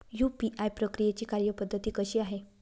UPI प्रक्रियेची कार्यपद्धती कशी आहे?